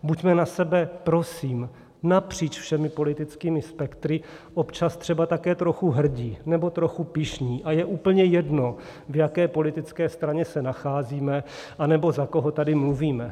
Buďme na sebe, prosím, napříč všemi politickými spektry občas třeba také trochu hrdí nebo trochu pyšní, a je úplně jedno v jaké politické straně se nacházíme anebo za koho tady mluvíme.